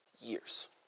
years